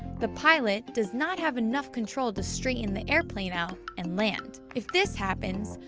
the pilot does not have enough control to straighten the airplane out and land. if this happens,